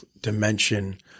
dimension